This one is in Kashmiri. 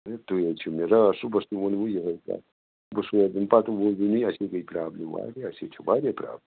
ہے تُہۍ حظ چھُو نہ راتھ صُبحَس تہِ ؤنۍ وٕ یِہٕے کَتھ بہٕ سوزَن پتہٕ اَسی گٔے پرابلِم واریاہ اَسہِ ۂے چھِ واریاہ پرابلِم